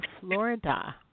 Florida